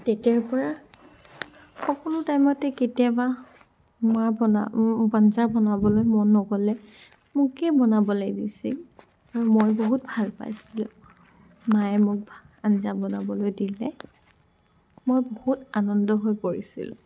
তেতিয়াৰ পৰা সকলো টাইমতে কেতিয়াবা মাৰ বনা আঞ্জা বনাবলৈ মন নগ'লে মোকেই বনাবলৈ দিছিল আৰু মই বহুত ভাল পাইছিলো মায়ে মোক আঞ্জা বনাবলৈ দিলে মই বহুত আনন্দ হৈ পৰিছিলোঁ